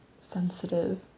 sensitive